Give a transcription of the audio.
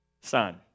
son